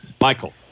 Michael